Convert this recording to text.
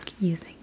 using